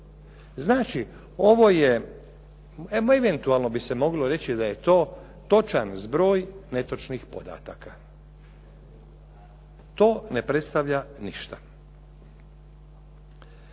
Znači ovo je, eventualno bi se moglo reći da je to točan zbroj netočnih podataka. To ne predstavlja ništa.